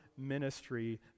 ministry